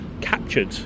captured